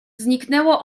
zniknęło